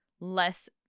less